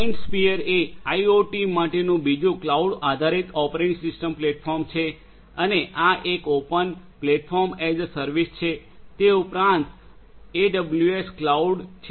MindSphere એ IoT માટેનું બીજું ક્લાઉડ આધારિત ઓપરેટિંગ સિસ્ટમ પ્લેટફોર્મ છે અને આ એક open platform as a service છે તે ઉપરાંત એડબ્લ્યૂએસ ક્લાઉડ છે